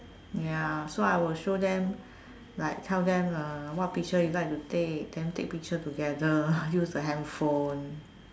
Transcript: ya so I will show them like tell them uh what picture you like to then take picture together use a handphone